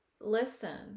listen